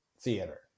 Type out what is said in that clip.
theater